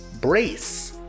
Brace